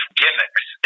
gimmicks